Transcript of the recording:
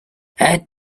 add